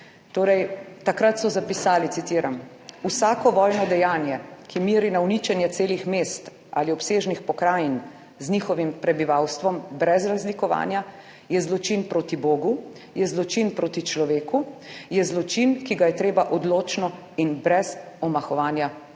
Torej takrat so zapisali, citiram: »Vsako vojno dejanje, ki meri na uničenje celih mest ali obsežnih pokrajin z njihovim prebivalstvom brez razlikovanja, je zločin proti Bogu, je zločin proti človeku, je zločin, ki ga je treba odločno in brez omahovanja obsoditi«.